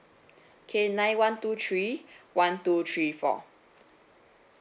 K nine one two three one two three four